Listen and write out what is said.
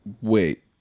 Wait